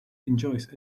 enjoys